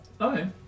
Okay